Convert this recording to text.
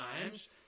times